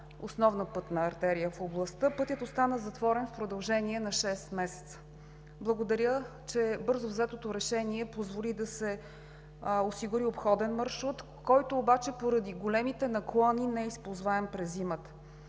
основна пътна артерия в областта, пътят остана затворен в продължение на шест месеца. Благодаря, че бързо взетото решение позволи да се осигури обходен маршрут, който обаче, поради големите наклони, е неизползваем през зимата.